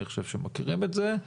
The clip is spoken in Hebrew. אני חושב שמכירים את זה,